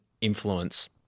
influence